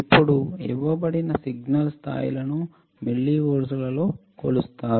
ఇప్పుడు ఇవ్వబడిన సిగ్నల్ స్థాయిలను మిల్లివోల్ట్లలో కొలుస్తారు